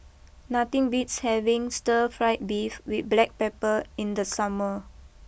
nothing beats having Stir Fry Beef with Black Pepper in the summer